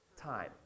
time